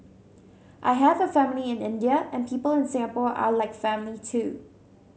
I have a family in India and people in Singapore are like family too